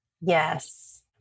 Yes